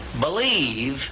believe